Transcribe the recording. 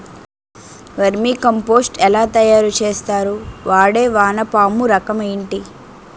Vermi compost ఎలా తయారు చేస్తారు? వాడే వానపము రకం ఏంటి?